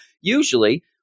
Usually